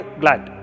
gland